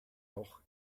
doch